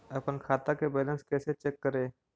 अपन खाता के बैलेंस कैसे चेक करे?